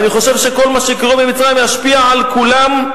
אני חושב שכל מה שקורה במצרים ישפיע על כולם,